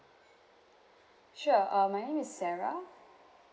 sure uh my name is sarah